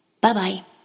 Bye-bye